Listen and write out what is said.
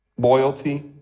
Loyalty